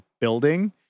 building